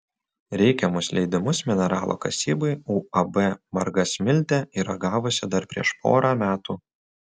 reikiamus leidimus mineralo kasybai uab margasmiltė yra gavusi dar prieš porą metų